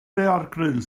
daeargryn